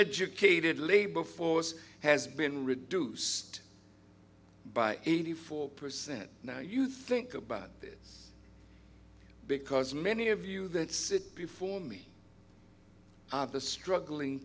educated labor force has been reduced by eighty four percent now you think about this because many of you that sit before me the struggling